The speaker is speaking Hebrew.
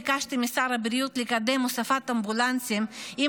ביקשתי משר הבריאות לקדם הוספת אמבולנסים עם